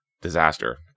disaster